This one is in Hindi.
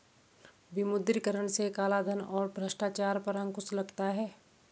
विमुद्रीकरण से कालाधन और भ्रष्टाचार पर अंकुश लगता हैं